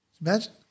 Imagine